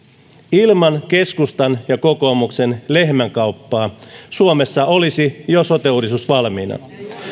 ilman keskustan ja kokoomuksen lehmänkauppaa suomessa olisi jo sote uudistus valmiina